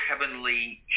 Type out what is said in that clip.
heavenly